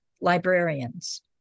librarians